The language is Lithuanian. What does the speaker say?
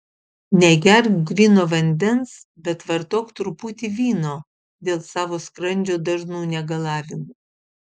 negerk gryno vandens bet vartok truputį vyno dėl savo skrandžio dažnų negalavimų